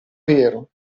vero